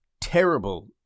terrible